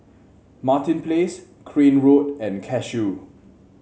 Martin Place Crane Road and Cashew